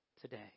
Today